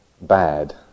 bad